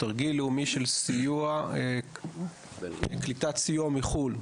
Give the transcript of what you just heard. תרגיל לאומי של סיוע וקליטת סיוע מחוץ-לארץ,